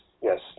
Yes